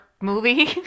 movie